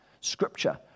Scripture